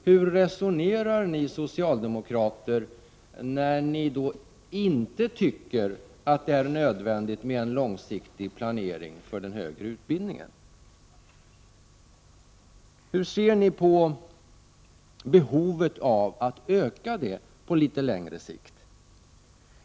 Hur resonerar ni socialdemokrater, när ni inte tycker att det är nödvändigt med en långsiktig planering för den högre utbildningen? Hur ser ni på behovet av att utöka denna utbildning på längre sikt?